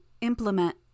implement